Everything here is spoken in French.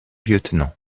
lieutenant